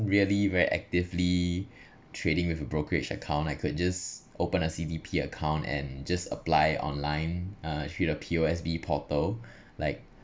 really very actively trading with brokerage account I could just open a C_D_P account and just apply online uh through the P_O_S_B portal like